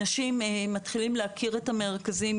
אנשים מתחילים להכיר את המרכזים,